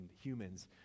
humans